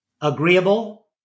agreeable